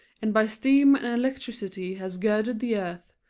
and by steam and electricity has girdled the earth,